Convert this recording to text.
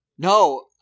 No